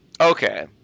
okay